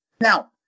Now